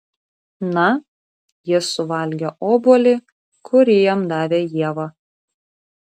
na jis suvalgė obuolį kurį jam davė ieva